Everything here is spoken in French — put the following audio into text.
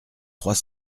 trois